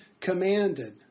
commanded